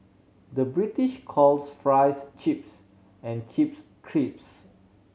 the British calls fries chips and chips crisps